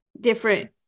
different